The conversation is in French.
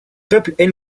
peuples